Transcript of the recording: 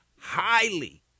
highly